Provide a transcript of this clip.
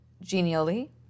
genially